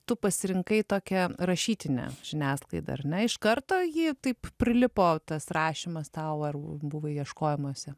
tu pasirinkai tokią rašytinę žiniasklaidą ar ne iš karto ji taip prilipo tas rašymas tau ar buvai ieškojimuose